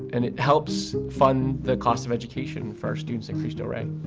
and it helps fund the cost of education for our students at cristo rey.